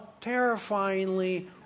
terrifyingly